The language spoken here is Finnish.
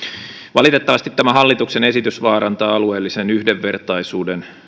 valitettavasti tämä hallituksen esitys vaarantaa alueellisen yhdenvertaisuuden